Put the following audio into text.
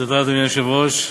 היושב-ראש,